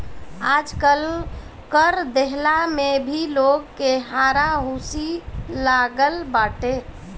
आजकल कर देहला में भी लोग के हारा हुसी लागल बाटे